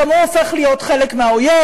גם הוא הופך להיות חלק מהאויב,